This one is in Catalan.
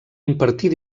impartir